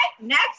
next